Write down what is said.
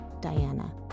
Diana